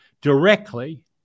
directly